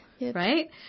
right